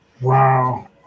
Wow